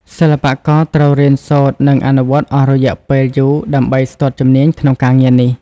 សិល្បករត្រូវរៀនសូត្រ និងអនុវត្តអស់រយៈពេលយូរដើម្បីស្ទាត់ជំនាញក្នុងការងារនេះ។